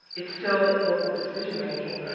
it's still local decision making.